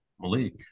Malik